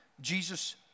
Jesus